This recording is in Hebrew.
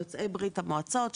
יוצאי ברית המועצות,